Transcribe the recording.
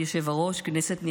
טוב.